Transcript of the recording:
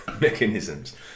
mechanisms